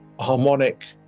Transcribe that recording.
Harmonic